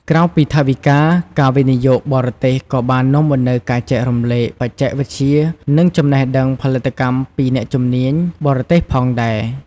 ក្រៅពីថវិកា ការវិនិយោគបរទេសក៏បាននាំមកនូវការចែករំលែកបច្ចេកវិទ្យា និងចំណេះដឹងផលិតកម្មពីអ្នកជំនាញបរទេសផងដែរ។